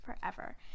forever